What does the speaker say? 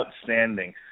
Outstanding